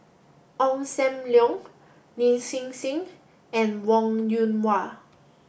Ong Sam Leong Lin Hsin Hsin and Wong Yoon Wah